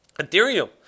Ethereum